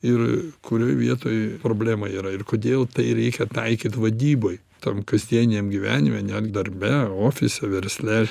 ir kurioj vietoj problema yra ir kodėl tai reikia taikyt vadyboj tam kasdieniam gyvenime net darbe ofise versle